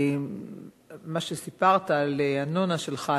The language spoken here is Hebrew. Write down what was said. מה שסיפרת על הנונה שלך,